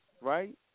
right